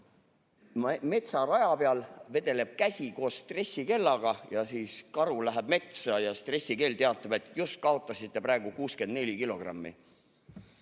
metsaraja peal vedeleb käsi koos stressikellaga, karu läheb metsa ja stressikell teatab, et just kaotasite 64 kilogrammi.